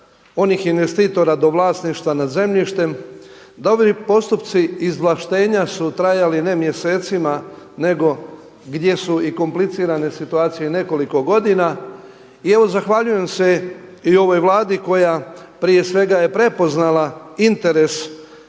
onih investitora do vlasništva nad zemljištem, da ovi postupci izvlaštenja su trajali ne mjesecima nego gdje su i komplicirane situacije i nekoliko godina. I evo zahvaljujem se i ovoj Vladi koja prije svega je prepoznala interes